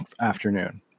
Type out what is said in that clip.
afternoon